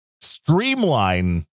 streamline